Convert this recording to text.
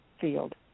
field